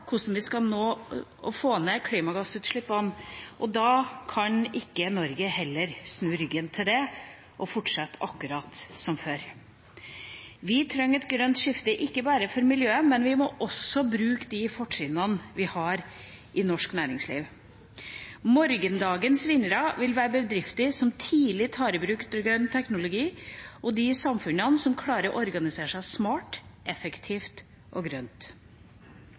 hvordan vi skal få ned klimagassutslippene, og da kan heller ikke Norge snu ryggen til det og fortsette akkurat som før. Vi trenger et grønt skifte, ikke bare for miljøet, men vi må også bruke de fortrinnene vi har i norsk næringsliv. Morgendagens vinnere vil være bedrifter som tidlig tar i bruk grønn teknologi, og de samfunnene som klarer å organisere seg smart, effektivt og grønt.